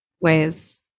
ways